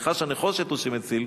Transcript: נחש הנחושת הוא שמציל.